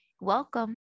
Welcome